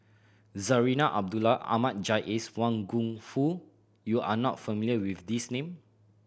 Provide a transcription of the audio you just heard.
Zarinah Abdullah Ahmad Jais Wang Gungwu you are not familiar with these name